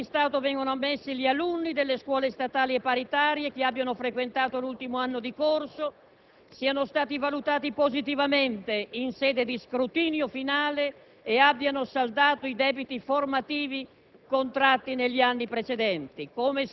Dirò per sommi capi che all'esame di Stato vengono ammessi gli alunni delle scuole statali e paritarie che abbiano frequentato l'ultimo anno di corso, siano stati valutati positivamente in sede di scrutinio finale e abbiano saldato i debiti formativi